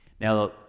Now